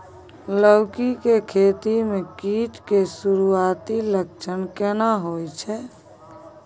लौकी के खेती मे कीट के सुरूआती लक्षण केना होय छै?